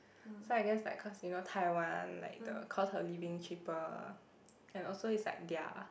so I guess like cause you know Taiwan like the cost of living cheaper and also is like their